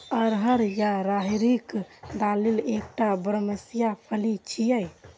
अरहर या राहरिक दालि एकटा बरमसिया फली छियै